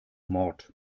mord